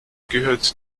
gehört